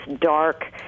dark